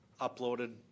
uploaded